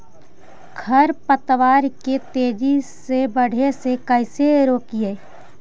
खर पतवार के तेजी से बढ़े से कैसे रोकिअइ?